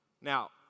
Now